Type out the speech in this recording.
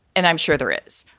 and i'm sure there is.